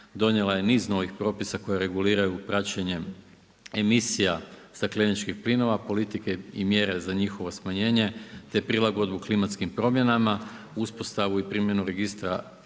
donijela je niz novih propisa koji reguliraju praćenje emisija stakleničkih plinova, politike i mjere za njihovo smanjenje, te prilagodbu klimatskim promjenama, uspostavu i primjenu registra